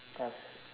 cause